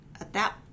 adapt